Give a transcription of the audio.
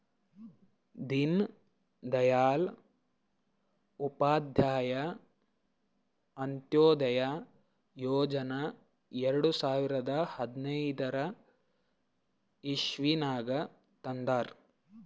ದೀನ್ ದಯಾಳ್ ಉಪಾಧ್ಯಾಯ ಅಂತ್ಯೋದಯ ಯೋಜನಾ ಎರಡು ಸಾವಿರದ ಹದ್ನಾರ್ ಇಸ್ವಿನಾಗ್ ತಂದಾರ್